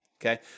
okay